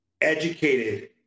educated